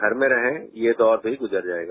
घर में रहें ये दौर भी गुजर जाएगा